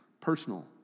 personal